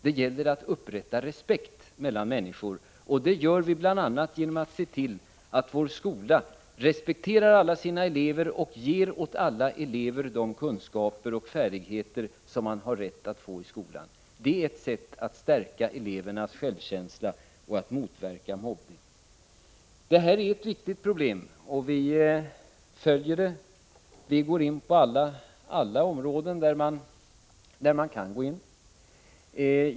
Det gäller att upprätta respekt mellan människor, och det gör vi bl.a. genom att se till att vår skola respekterar alla sina elever och ger åt alla elever de kunskaper och färdigheter som eleverna har rätt att få i skolan. Det är ett sätt att stärka elevernas självkänsla och att motverka mobbning. Det här är ett viktigt problem, och vi går in på alla områden där man kan gå in.